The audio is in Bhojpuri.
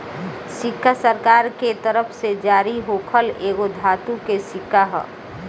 सिक्का सरकार के तरफ से जारी होखल एगो धातु के सिक्का ह